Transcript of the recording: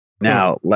now